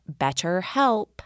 BetterHelp